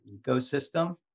ecosystem